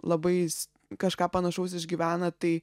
labai s kažką panašaus išgyvena tai